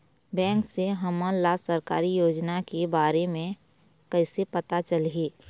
Bank से हमन ला सरकारी योजना के बारे मे कैसे पता चलही?